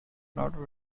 not